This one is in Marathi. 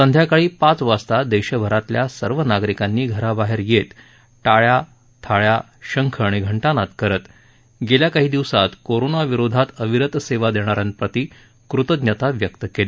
संध्याकाळी पाच वाजता देशभरातल्या सर्व नागरिकांनी घराबाहेर येत टाळ्या थाळ्या शंख आणि घंटानाद करत गेल्या काही दिवसात कोरोना विरोधात अविरत सेवा देणा यांप्रति कृतज्ञता व्यक्त केली